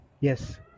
Yes